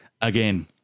again